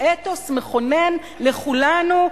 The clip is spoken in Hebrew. איזה אתוס מכונן לכולנו,